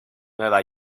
nueva